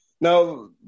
Now